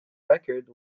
record